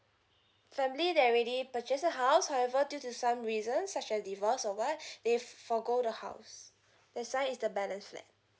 family that already purchase a house however due to some reason such as divorce or what they forgo the house that's one is the balance flat